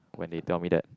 when they tell me that